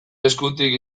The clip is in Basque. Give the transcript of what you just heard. eskutik